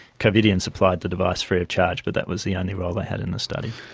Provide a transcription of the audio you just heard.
covidien supplied the device free of charge, but that was the only role they had in the study.